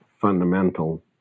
fundamental